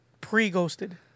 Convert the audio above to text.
pre-ghosted